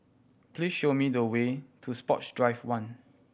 please show me the way to Sports Drive One